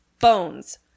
Bones